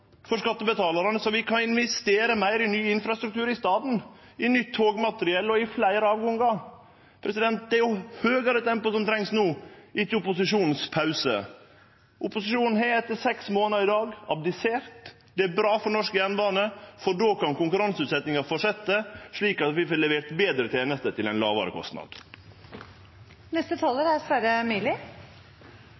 for skattebetalarane, så vi kan investere meir i ny infrastruktur i staden, i nytt togmateriell og i fleire avgangar. Det er høgare tempo som trengst no, ikkje opposisjonen sin pause. Opposisjonen har etter seks månadar i dag abdisert. Det er bra for norsk jernbane, for då kan konkurranseutsetjinga fortsetje, slik at vi får levert betre tenester til ein